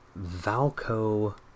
Valco